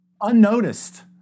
unnoticed